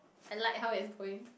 I like how it's going